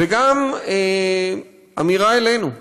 וגם אמירה לנו: